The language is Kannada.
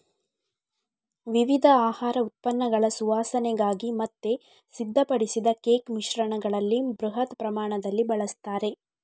ವಿವಿಧ ಆಹಾರ ಉತ್ಪನ್ನಗಳ ಸುವಾಸನೆಗಾಗಿ ಮತ್ತೆ ಸಿದ್ಧಪಡಿಸಿದ ಕೇಕ್ ಮಿಶ್ರಣಗಳಲ್ಲಿ ಬೃಹತ್ ಪ್ರಮಾಣದಲ್ಲಿ ಬಳಸ್ತಾರೆ